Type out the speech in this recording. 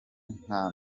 nta